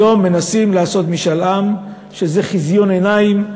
היום מנסים לעשות משאל עם, שזה חזיון עיניים,